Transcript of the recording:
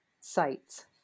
sites